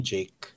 Jake